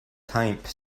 type